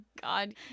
God